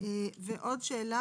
אני אומר שבאופן העקרוני,